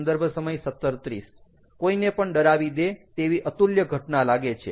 સંદર્ભ સમય 1730 કોઈને પણ ડરાવી દે તેવી અતુલ્ય ઘટના લાગે છે